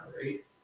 right